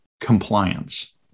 compliance